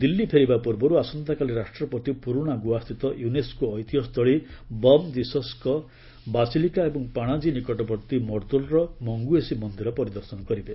ଦିଲ୍ଲୀ ପେରିବା ପୂର୍ବରୁ ଆସନ୍ତାକାଲି ରାଷ୍ଟ୍ରପତି ପୁରୁଣା ଗୋଆସ୍ଥିତ ୟୁନେସ୍କୋ ଐତିହ୍ୟସ୍ଥଳୀ ବମ୍ ଜିସସ୍ଙ୍କ ବାସିଲିକା ଏବଂ ପାଣାଜୀ ନିକଟବର୍ତ୍ତୀ ମର୍ଦ୍ଦୋଲ୍ର ମଙ୍ଗୁଏସି ମନ୍ଦିର ପରିଦର୍ଶନ କରିବେ